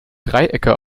dreiecke